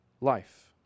life